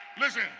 Listen